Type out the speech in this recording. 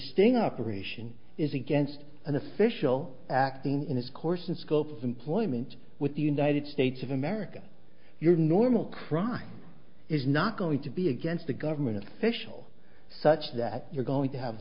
sting operation is against an official acting in its course and scope of employment with the united states of america your normal crime is not going to be against a government official such that you're going to have